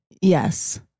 Yes